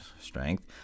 strength